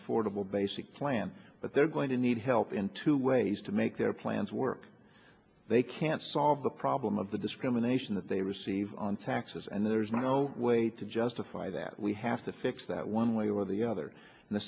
affordable basic plan but they're going to need help in two ways to make their plans work they can't solve the problem of the discrimination that they receive on taxes and there's no way to justify that we have to fix that one way or the other and the